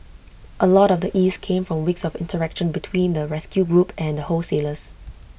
A lot of the ease came from weeks of interaction between the rescue group and the wholesalers